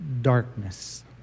darkness